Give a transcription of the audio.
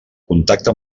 contacta